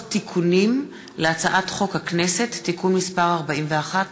תיקונים להצעת חוק הכנסת (תיקון מס' 41),